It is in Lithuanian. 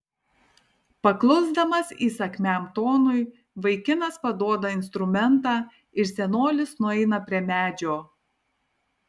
paklusdamas įsakmiam tonui vaikinas paduoda instrumentą ir senolis nueina prie medžio